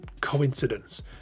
coincidence